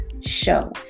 show